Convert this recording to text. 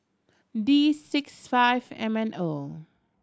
D six five M N O